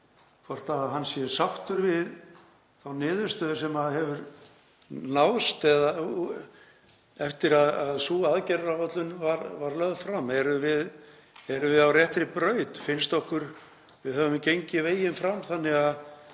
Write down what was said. hvort hann sé sáttur við þá niðurstöðu sem hefur náðst eftir að sú aðgerðaáætlun var lögð fram? Erum við á réttri braut? Finnst okkur við hafa gengið veginn fram þannig að